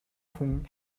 хүн